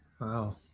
Wow